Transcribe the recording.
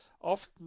often